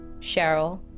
Cheryl